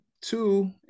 two